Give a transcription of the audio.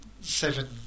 seven